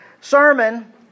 sermon